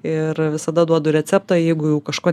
ir visada duodu receptą jeigu jau kažkuo